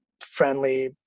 friendly